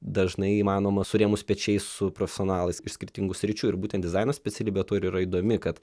dažnai įmanoma surėmus pečiais su profesionalais iš skirtingų sričių ir būtent dizaino specialybė tuo ir yra įdomi kad